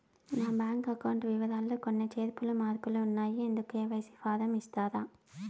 నా bank account వివరాలు లో కొన్ని చేర్పులు మార్పులు ఉన్నాయి, ఇందుకు కె.వై.సి ఫారం ఇస్తారా?